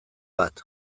bat